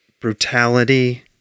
brutality